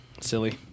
Silly